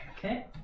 Okay